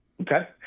Okay